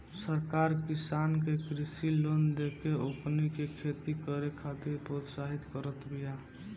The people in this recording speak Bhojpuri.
सरकार किसान के कृषि लोन देके ओकनी के खेती करे खातिर प्रोत्साहित करत बिया